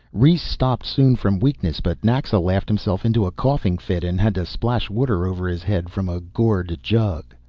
rhes stopped soon, from weakness, but naxa laughed himself into a coughing fit and had to splash water over his head from a gourd jug.